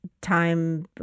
time